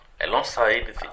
Alongside